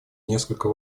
несколько